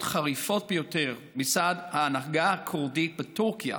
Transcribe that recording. חריפות ביותר מצד ההנהגה הכורדית בטורקיה,